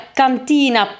cantina